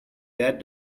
that